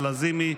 נעמה לזימי,